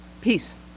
Peace